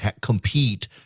compete